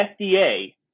FDA